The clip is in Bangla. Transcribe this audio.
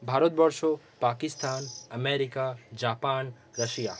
Bharatvarsha Pakistan America Japan Russia